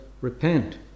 repent